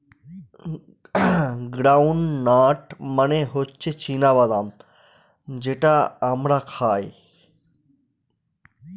ground nut মানে হচ্ছে চীনা বাদাম যেটা আমরা খাই